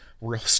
real